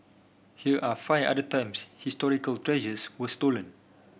here are five other times historical treasures were stolen